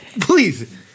Please